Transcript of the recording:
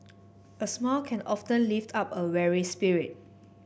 a smile can often lift up a weary spirit